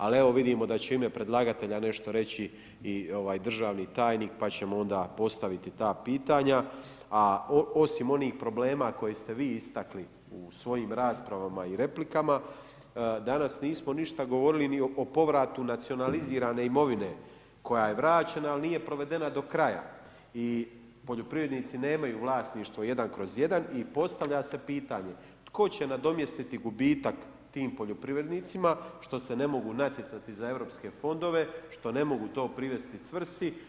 Ali evo vidimo da će u ime predlagatelja nešto reći i državni tajnik pa ćemo onda postaviti ta pitanja. a osim onih problema koje ste vi istakli u svojim raspravama i replikama, danas nismo ništa govorili ni o povratu nacionalizirane imovine koja je vraćena, ali nije provedena do kraja i poljoprivrednici nemaju vlasništvo jedan kroz jedan i postavlja se pitanje, tko će nadomjestiti gubitak tim poljoprivrednicima što se ne mogu natjecati za europske fondove, što ne mogu to privesti svrsi?